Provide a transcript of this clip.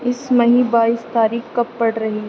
اس مہینے بائیس تاریخ کب پڑ رہی ہے